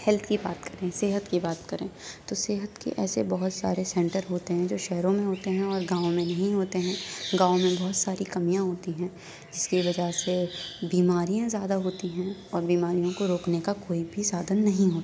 health کی بات کریں صحت کی بات کریں تو صحت کے ایسے بہت سارے سینٹر ہوتے ہیں جو شہروں میں ہوتے ہیں اور گاؤں میں نہیں ہوتے ہیں گاؤں میں بہت ساری کمیاں ہوتی ہیں جس کی وجہ سے بیماریاں زیادہ ہوتی ہیں اور بیماریوں کو روکنے کا کوئی بھی سادھن نہیں ہوتا